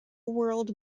world